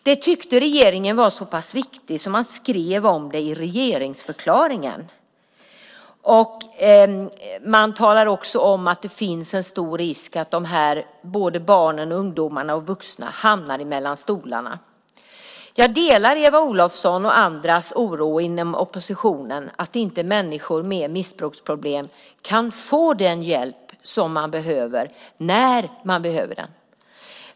Det här tyckte regeringen var så pass viktigt att man tog upp det i regeringsförklaringen. Man talar också om att det finns en stor risk att dessa barn, ungdomar och vuxna hamnar mellan stolarna. Jag delar Eva Olofssons och andras oro inom oppositionen att människor med missbruksproblem inte kan få den hjälp de behöver när de behöver den.